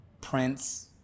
Prince